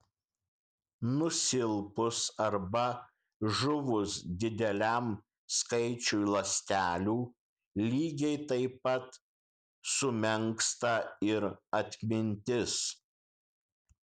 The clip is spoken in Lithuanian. nusilpus arba žuvus dideliam skaičiui ląstelių lygiai taip pat sumenksta ir atmintis